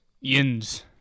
Yins